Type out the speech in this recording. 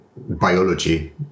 biology